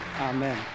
Amen